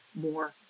more